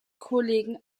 kollegen